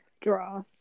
draw